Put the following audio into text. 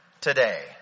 today